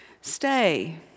Stay